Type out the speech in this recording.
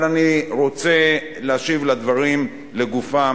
אבל אני רוצה להשיב על דברים לגופם,